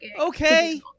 okay